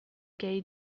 gei